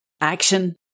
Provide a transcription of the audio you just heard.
action